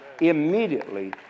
Immediately